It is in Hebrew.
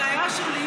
הבעיה שלי,